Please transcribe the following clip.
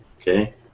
Okay